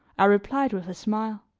i replied with a smile,